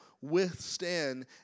withstand